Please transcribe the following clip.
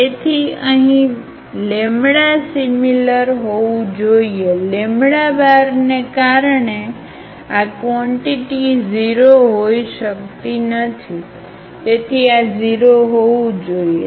તેથી અહીં સિમિલર હોવું જોઈએ ને કારણ કે આ કોન્ટીટી 0 હોઈ શકતો નથી તેથી આ 0 હોવું જોઈએ